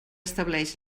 establix